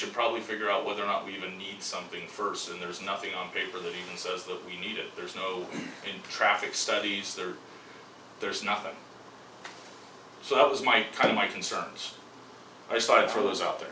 should probably figure out whether or not we even need something first and there's nothing on paper that says that we need it there's no traffic studies there there's nothing so it was my primary concern i started for those out there